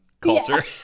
culture